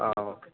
ആ ഓക്കേ